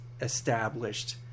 established